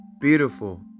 beautiful